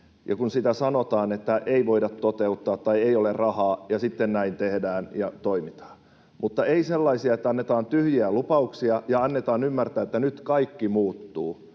kun sanotaan, että ei voida toteuttaa tai ei ole rahaa, ja kun sitten näin tehdään ja toimitaan, mutta en sellaista, että annetaan tyhjiä lupauksia ja annetaan ymmärtää, että nyt kaikki muuttuu.